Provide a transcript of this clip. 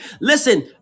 Listen